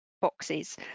boxes